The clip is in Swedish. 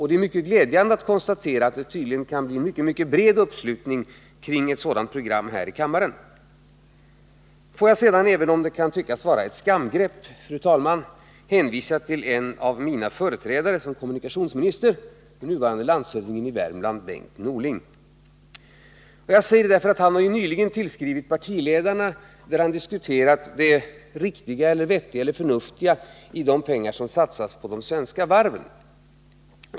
Det är glädjande att konstatera att det tydligen kan bli en mycket bred uppslutning här i kammaren kring ett sådant program. Låt mig sedan, även om det kan tyckas vara ett skamgrepp, fru talman, hänvisa till en av mina företrädare som kommunikationsminister, nuvarande landshövdingen i Värmland, Bengt Norling. Han har nyligen tillskrivit partiledarna och diskuterat det riktiga, vettiga eller förnuftiga i att satsa pengar på de svenska varven.